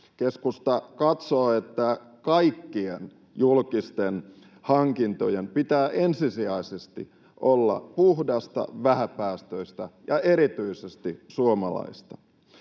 Keskusta katsoo, että kaikkien julkisten hankintojen pitää ensisijaisesti olla puhtaita, vähäpäästöisiä ja erityisesti suomalaisia.